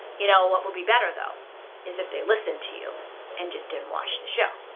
you know what would be better though is if they listen to you and just didn't watch the show.